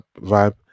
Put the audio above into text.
vibe